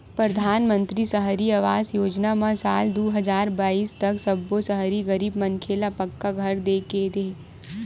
परधानमंतरी सहरी आवास योजना म साल दू हजार बाइस तक सब्बो सहरी गरीब मनखे ल पक्का घर दे के हे